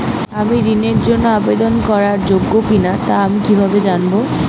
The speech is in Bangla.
আমি ঋণের জন্য আবেদন করার যোগ্য কিনা তা আমি কীভাবে জানব?